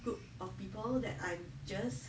group of people that I'm just